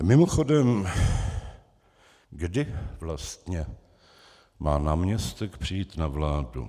Mimochodem, kdy vlastně má náměstek přijít na vládu?